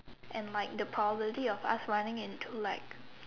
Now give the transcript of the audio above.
and like the probability of us running into like